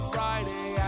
Friday